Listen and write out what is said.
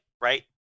right